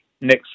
next